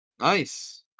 Nice